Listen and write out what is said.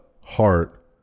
heart